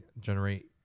generate